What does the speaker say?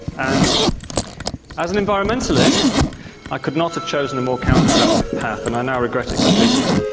and as an environmentalist i could not have chosen a more counter-productive path, and i now regret it completely.